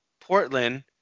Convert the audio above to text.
Portland